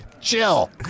chill